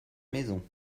maison